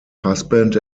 husband